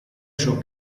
ciò